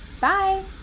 Bye